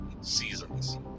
seasons